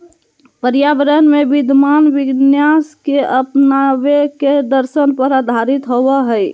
पर्यावरण में विद्यमान विन्यास के अपनावे के दर्शन पर आधारित होबा हइ